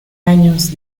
años